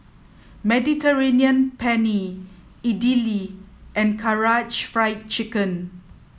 Mediterranean Penne Idili and Karaage Fried Chicken